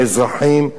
מאזרחים,